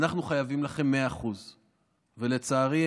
אנחנו חייבים לכם 100%. לצערי,